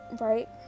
right